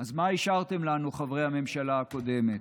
אז מה השארתם לנו, חברי הממשלה הקודמת?